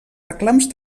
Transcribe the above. reclams